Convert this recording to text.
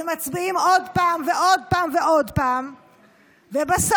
ומצביעים עוד פעם ועוד פעם ועוד פעם.